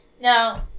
now